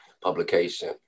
publication